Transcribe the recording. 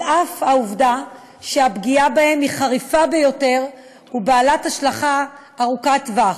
על אף העובדה שהפגיעה בהם היא חריפה ביותר ובעלת השלכה ארוכות טווח.